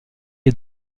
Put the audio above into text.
est